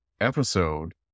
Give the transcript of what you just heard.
episode